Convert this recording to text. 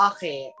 Okay